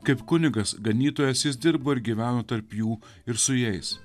kaip kunigas ganytojas jis dirbo ir gyveno tarp jų ir su jais